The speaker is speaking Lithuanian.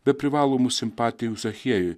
be privalomų simpatijų zachiejui